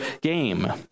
game